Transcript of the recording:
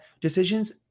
decisions